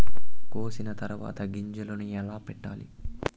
కోసిన తర్వాత గింజలను ఎలా పెట్టాలి